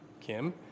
Kim